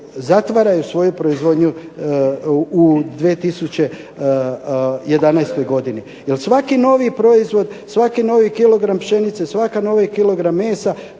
zatvaraju svoju proizvodnju u 2011. godini jer svaki novi proizvod, svaki novi kilogram pšenice, svaki novi kilogram mesa